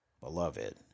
Beloved